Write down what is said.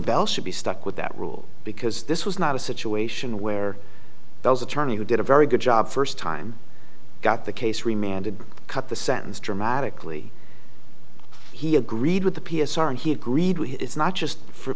bell should be stuck with that rule because this was not a situation where those attorney who did a very good job first time got the case re man to cut the sentence dramatically he agreed with the p s r and he agreed with it's not just for